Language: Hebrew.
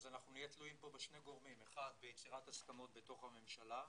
אנחנו נהיה תלויים בשני גורמים: ביצירת הסכמות בתוך הממשלה.